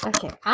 Okay